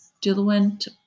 diluent